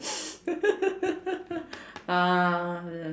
um